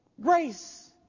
Grace